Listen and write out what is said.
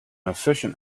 efficient